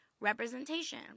representation